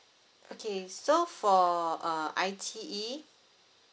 okay so for uh I_T_E